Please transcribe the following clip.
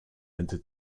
into